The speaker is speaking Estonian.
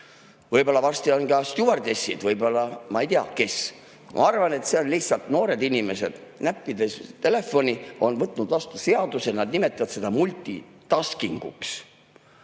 Võib-olla varsti on ka stjuardessid, võib-olla, ma ei tea, kes. Ma arvan, et lihtsalt noored inimesed, näppides oma telefoni, on võtnud vastu seaduse. Nad nimetavad sedamultitasking'uks.